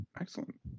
Excellent